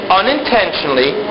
unintentionally